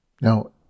Now